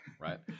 right